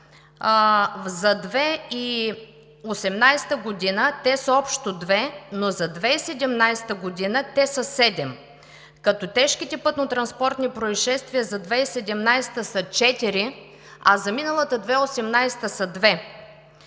За 2018 г. те са общо две, но за 2017 г. те са седем. Тежките пътнотранспортни произшествия за 2017 г. са четири, а за миналата 2018 г. са две.